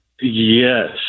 Yes